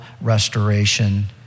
restoration